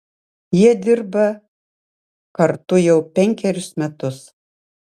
jie dirba kartu jau penkerius metus